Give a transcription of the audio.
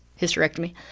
hysterectomy